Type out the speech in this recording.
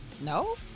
No